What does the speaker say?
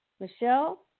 Michelle